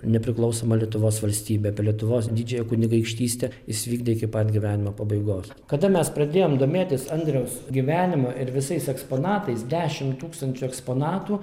nepriklausomą lietuvos valstybę apie lietuvos didžiąją kunigaikštystę jis vykdė iki pat gyvenimo pabaigos kada mes pradėjom domėtis andriaus gyvenimu ir visais eksponatais dešim tūkstančių eksponatų